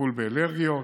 לטיפול באלרגיות,